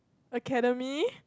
academy